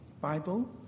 Bible